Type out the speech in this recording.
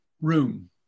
room